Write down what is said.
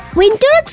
winter